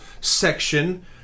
section